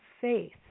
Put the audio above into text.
faith